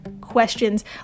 questions